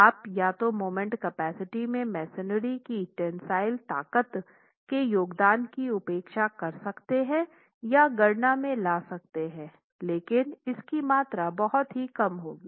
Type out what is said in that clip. आप या तो मोमेंट कैपेसिटी में मेसनरी की टेंसिल ताकत के योगदान की उपेक्षा कर सकते हैं या गणना में ला सकते हैं लेकिन इसकी मात्रा बहुत ही कम होगी